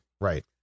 Right